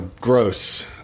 Gross